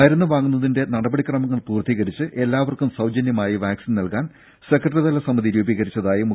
മരുന്ന് വാങ്ങുന്നതിന്റെ നടപടിക്രമങ്ങൾ പൂർത്തീകരിച്ച് എല്ലാവർക്കും സൌജന്യമായി വാക്സിൻ നൽകാൻ സെക്രട്ടറീതല സമിതി രൂപീകരിച്ചതായി ഓർമിപ്പിച്ചു